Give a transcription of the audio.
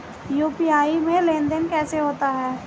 UPI में लेनदेन कैसे होता है?